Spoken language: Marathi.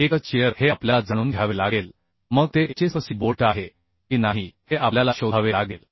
एकच शिअर हे आपल्याला जाणून घ्यावे लागेल मग ते HSFC बोल्ट आहे की नाही हे आपल्याला शोधावे लागेल